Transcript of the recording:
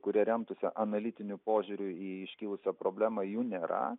kurie remtųsi analitiniu požiūriu į iškilusią problemą jų nėra